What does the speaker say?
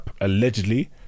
allegedly